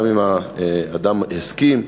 גם אם האדם הסכים,